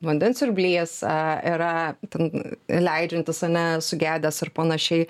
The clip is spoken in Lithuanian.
vandens siurblys aaa yra ten leidžiantis o ne sugedęs ar panašiai